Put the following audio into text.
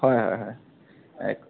হয় হয় হয় এই